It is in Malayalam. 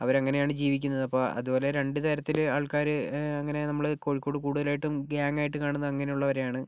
അവർ അങ്ങനെയാണ് ജീവിക്കുന്നത് അപ്പം അത് പോലെ രണ്ട് തരത്തിൽ ആൾക്കാർ അങ്ങനെ നമ്മൾ കോഴിക്കോട് കൂടുതലായിട്ടും ഗാങ് ആയിട്ട് കാണുന്നത് അങ്ങനെ ഉള്ളവരെ ആണ്